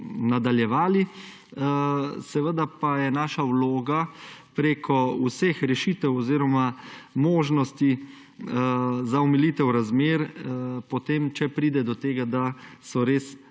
nadaljevali. Seveda pa je naša vloga preko vseh rešitev oziroma možnosti za omilitev razmer potem, če pride do tega, da so res